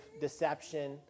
deception